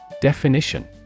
Definition